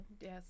Yes